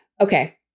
Okay